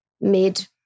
made